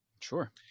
Sure